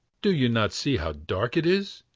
do you not see how dark it is?